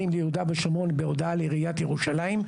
ביהודה ושומרון בהודעה לעיריית ירושלים,